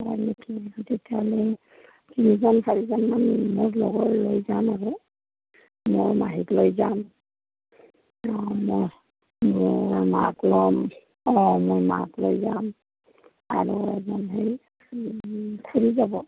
হয় নেকি তেতিয়াহ'লে তিনিজন চাৰিজনমান মোৰ লগৰ লৈ যাম আৰু মোৰ মাহীক লৈ যাম অ' মোৰ মোৰ মাক ল'ম অ' মোৰ মাক লৈ যাম আৰু মোৰ সেই খুৰী যাব